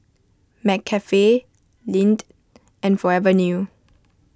McCafe Lindt and Forever New